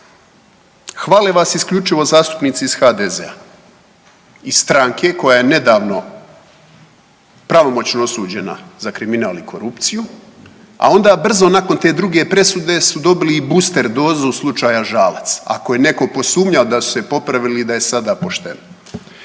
Hvale vas isključivo zastupnici iz HDZ-a, iz stranke koja je nedavno pravomoćno osuđena za kriminal i korupciju, a onda brzo nakon te druge presude su dobili i booster dozu slučaja Žalac. Ako je netko posumnjao da su se popravili i da je sada pošteno.